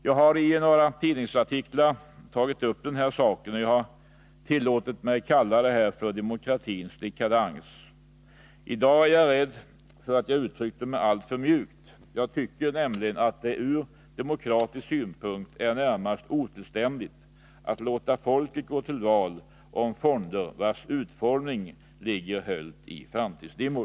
Jag har i några tidningsartiklar tagit upp den här saken, och jag har tillåtit mig att kalla den ”demokratins dekadens”. I dag är jag rädd för att jag uttryckte mig alltför mjukt. Jag tycker nämligen att det ur demokratisk synpunkt är närmast otillständigt att låta folket gå till val om fonder vilkas utformning ligger höljd i framtidsdimmor.